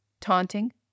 taunting